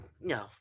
no